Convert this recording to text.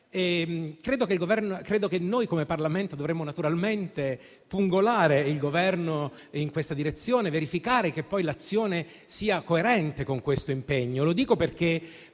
assume e noi come Parlamento dovremmo pungolare il Governo in questa direzione e verificare che l'azione sia coerente con questo impegno.